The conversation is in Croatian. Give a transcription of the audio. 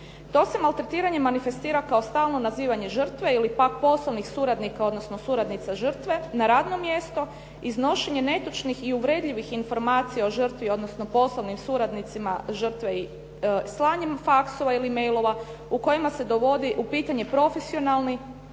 To se maltretiranje manifestira kao stalno nazivanje žrtve ili pak poslovnih suradnika odnosno suradnica žrtve na radno mjesto, iznošenje netočnih i uvredljivih informacija o žrtvi, odnosno poslovnim suradnicima žrtve i slanjem faksova ili mailova u kojima se dovodi u pitanje profesionalni